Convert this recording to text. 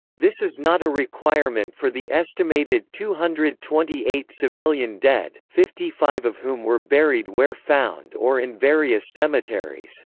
this is not a requirement for the estimated two hundred and twenty eight civilian dead, fifty five of whom were buried where found or in various cemeteries.